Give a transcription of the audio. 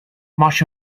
much